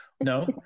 No